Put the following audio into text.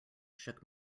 shook